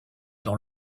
dans